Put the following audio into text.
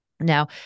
Now